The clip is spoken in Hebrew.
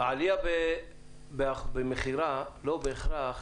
העלייה במכירה לא בהכרח